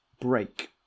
break